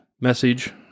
message